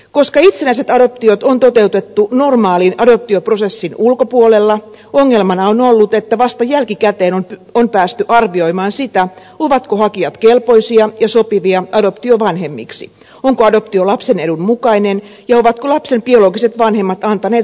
koska itsenäiset adoptiot on toteutettu normaalin adoptioprosessin ulkopuolella ongelmana on ollut että vasta jälkikäteen on päästy arvioimaan sitä ovatko hakijat kelpoisia ja sopivia adoptiovanhemmiksi onko adoptio lapsen edun mukainen ja ovatko lapsen biologiset vanhemmat antaneet suostumuksensa adoptioon